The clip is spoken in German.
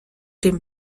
dem